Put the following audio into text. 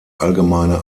allgemeine